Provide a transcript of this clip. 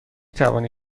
توانی